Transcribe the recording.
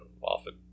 Often